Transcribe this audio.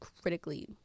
critically